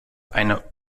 eine